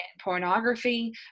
pornography